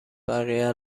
بقیه